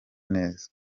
neza